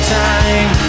time